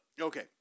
okay